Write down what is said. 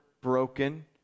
broken